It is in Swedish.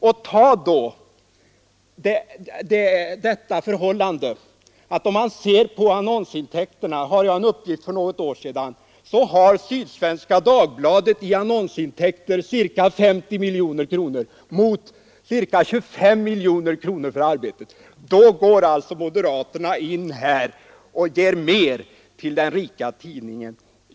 Om man ser på annonsintäkterna — jag har en uppgift från något år sedan — har Sydsvenska Dagbladet ca 50 miljoner kronor i annonsintäkter mot ca 25 miljoner kronor för Arbetet. Då går moderaterna in och ger mer till den rika tidningen.